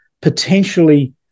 potentially